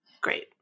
Great